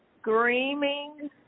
screaming